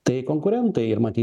tai konkurentai ir matyt